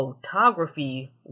Photography